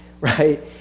right